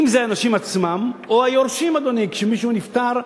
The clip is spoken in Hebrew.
אם האנשים עצמם, או היורשים, אדוני, כשמישהו נפטר,